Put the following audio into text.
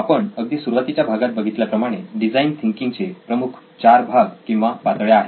आपण अगदी सुरुवातीच्या भागात बघितल्याप्रमाणे डिझाईन थिंकिंग चे प्रमुख चार भाग किंवा पातळ्या आहेत